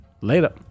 Later